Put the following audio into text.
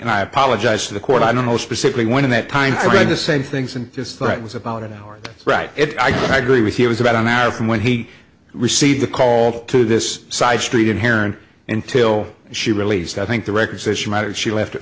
and i apologize to the court i don't know specifically when that time i read the same things and just thought it was about an hour right i agree with you it was about an hour from when he received the call to this side street inherent until she released i think the record says she mattered she left